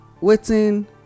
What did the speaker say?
waiting